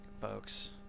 folks